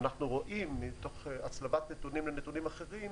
אנחנו רואים מתוך הצלבת נתונים מנתונים אחרים,